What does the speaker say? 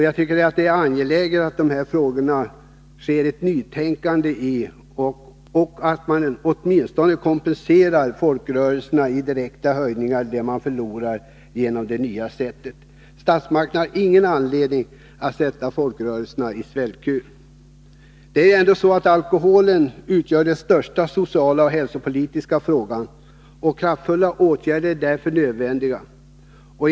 Jag tycker att det är angeläget med ett nytänkande i dessa frågor och att man åtminstone kompenserar folkrörelserna genom en direkt höjning av anslaget motsvarande det som de förlorar genom det nya utbetalningssättet. Statsmakterna har ingen anledning att sätta folkrörelserna på svältkur. Alkoholen utgör den största sociala och hälsopolitiska frågan. Kraftfulla åtgärder är därför nödvändiga.